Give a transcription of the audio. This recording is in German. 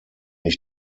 ich